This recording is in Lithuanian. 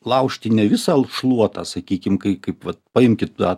laužti ne visą šluotą sakykim kai kaip va paimkit tą